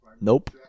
Nope